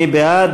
מי בעד?